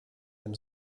dem